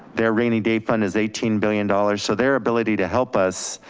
their rainy day fund is eighteen billion dollars, so their ability to help us